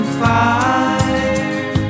fire